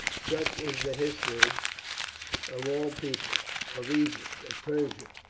such is the history of all peoples of egypt, of persia,